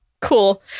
Cool